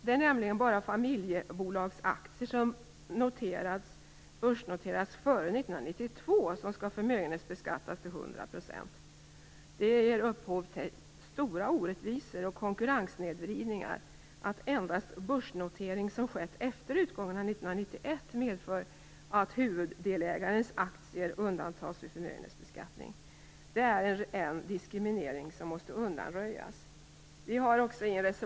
Det är nämligen bara familjebolagsaktier som börsnoterats före 1992 som skall förmögenhetsbeskattas till 100 %. Det ger upphov till stora orättvisor och konkurrenssnedvridningar att endast börsnotering som skett efter utgången av 1991 medför att huvuddelägarens aktier undantas vid förmögenhetsbeskattningen. Detta är en diskriminering som måste undanröjas.